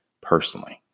personally